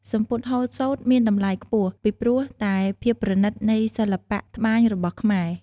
សំពត់ហូលសូត្រមានតម្លៃខ្ពស់ ពីព្រោះតែភាពប្រណិតនៃសិល្បៈត្បាញរបស់ខ្មែរ។